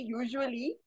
usually